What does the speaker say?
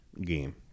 game